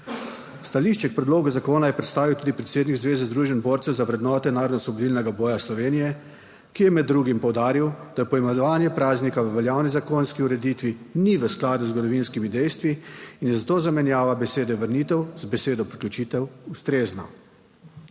Stališče k predlogu zakona je predstavil tudi predsednik Zveze združenj borcev za vrednote narodnoosvobodilnega boja Slovenije, ki je med drugim poudaril, da poimenovanje praznika v veljavni zakonski ureditvi ni v skladu z zgodovinskimi dejstvi in je zato zamenjava besede vrnitev z besedo priključitev ustrezna.